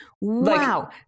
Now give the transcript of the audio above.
Wow